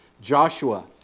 Joshua